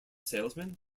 salesman